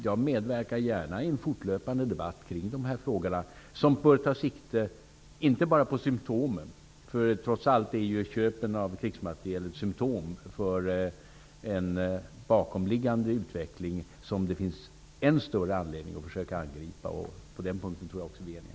Jag medverkar gärna i en fortlöpande debatt om dessa frågor, som tar sikte inte bara på symtomen -- för trots allt är ju köpet av krigsmateriel ett symtom på en bakomliggande utveckling som det finns än större anledning att försöka angripa. På den punkten tror jag att vi är eniga.